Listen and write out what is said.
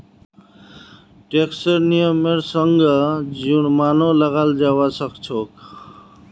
टैक्सेर नियमेर संगअ जुर्मानो लगाल जाबा सखछोक